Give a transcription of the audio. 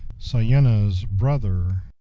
sienna's brother.